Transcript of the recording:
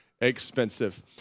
expensive